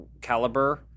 caliber